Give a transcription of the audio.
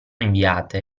inviate